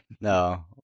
No